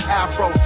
afro